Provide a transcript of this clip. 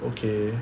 okay